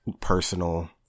personal